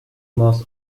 must